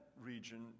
region